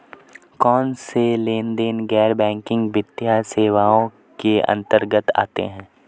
कौनसे लेनदेन गैर बैंकिंग वित्तीय सेवाओं के अंतर्गत आते हैं?